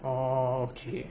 oh okay